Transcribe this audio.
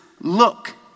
Look